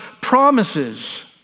promises